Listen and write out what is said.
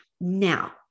Now